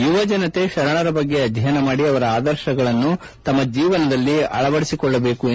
ಯುವ ಜನತೆ ಶರಣರ ಬಗ್ಗೆ ಅಧ್ಯಯನ ಮಾಡಿ ಅವರ ಆದರ್ತಗಳನ್ನು ತಮ್ಮ ಜೀವನದಲ್ಲಿ ಅಳವಡಿಸಿಕೊಳ್ಳಬೇಕು ಎಂದರು